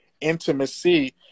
intimacy